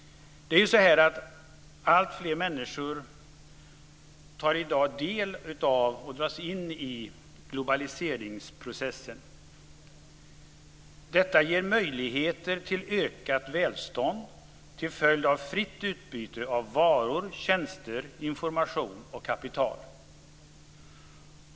Alltfler människor tar i dag del av och dras in i globaliseringsprocessen. Detta ger möjligheter till ökat välstånd till följd av fritt utbyte av varor, tjänster, information och kapital.